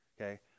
okay